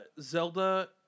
Zelda